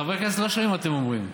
חברי כנסת לא שומעים מה שאתם אומרים.